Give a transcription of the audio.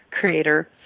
creator